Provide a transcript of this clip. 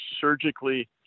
surgically